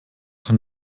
kann